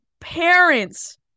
parents